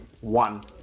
One